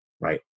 right